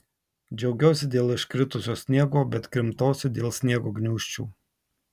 džiaugiausi dėl iškritusio sniego bet krimtausi dėl sniego gniūžčių